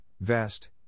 vest